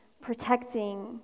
protecting